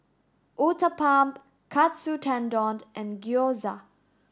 Uthapam Katsu Tendon and Gyoza